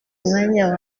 umwanya